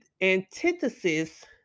antithesis